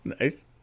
Nice